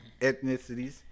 ethnicities